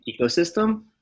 ecosystem